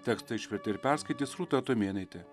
tekstą išvertė ir perskaitys rūta tumėnaitė